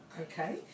Okay